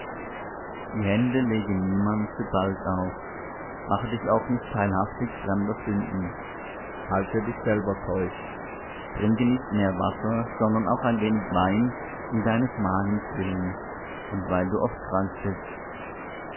die hände lege niemand zu bald auf mache dich auch nicht teilhaftig fremder sünden halte dich selber keusch trinke nicht mehr wasser sondern auch ein wenig wein um deines magens willen und weil du oft krank bist